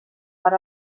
per